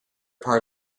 part